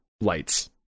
lights